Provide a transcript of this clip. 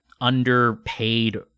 underpaid